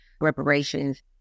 reparations